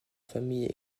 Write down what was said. famille